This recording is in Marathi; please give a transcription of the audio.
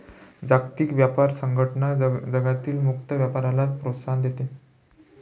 जागतिक व्यापार संघटना जगभरातील मुक्त व्यापाराला प्रोत्साहन देते